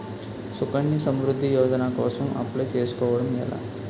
సుకన్య సమృద్ధి యోజన కోసం అప్లయ్ చేసుకోవడం ఎలా?